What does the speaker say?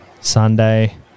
Sunday